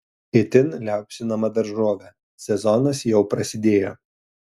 itin liaupsinama daržovė sezonas jau prasidėjo